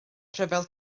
rhyfel